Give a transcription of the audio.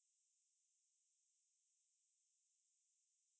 in mexico so err every sixty minutes